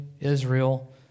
Israel